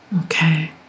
Okay